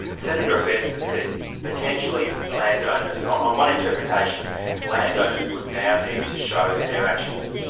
senator abetts has said potentially landowners on on one interpretation landowners would now need to show that their actions,